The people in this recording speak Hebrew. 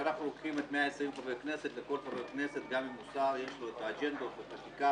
כשאנחנו לוקחים 120 חברי כנסת לכל חברי כנסת יש אג'נדות וחקיקה